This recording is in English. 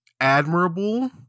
admirable